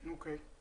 אוקיי.